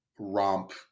romp